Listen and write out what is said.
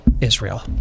Israel